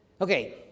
Okay